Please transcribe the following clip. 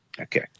Okay